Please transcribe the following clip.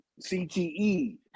CTE